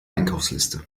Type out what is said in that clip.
einkaufsliste